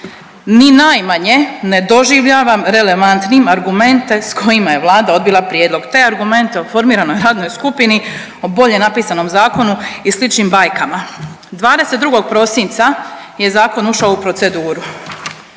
Ni najmanje ne doživljavam relevantnim argumente s kojima je Vlada odbila prijedlog te argumente o formiranoj radnoj skupini, o bolje napisanom zakonu i sličnim bajkama. 22. prosinca je zakon ušao u proceduru.